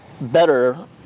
better